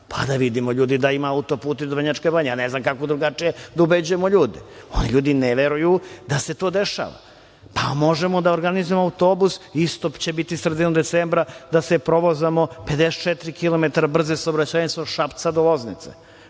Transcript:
pa da vidimo, ljudi, da ima autoput i do Vrnjačke Banje. Ne znam kako drugačije da ubedimo ljude. Oni ljudi ne veruju da se to dešava, pa možemo da organizujemo autobus, isto će biti sredinom decembra, da se provozamo 54 kilometra brze saobraćajnice od Šapca do Loznice,